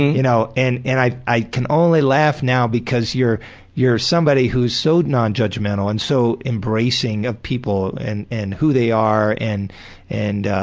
you know and and i i can only laugh now because you're you're somebody who's so non-judgemental and so embracing of people and and who they are and and